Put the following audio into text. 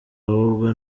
ahubwo